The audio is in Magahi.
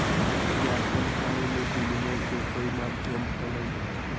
पुरातन काल में विनियम के कई माध्यम हलय